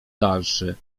dalszy